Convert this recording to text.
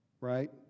Right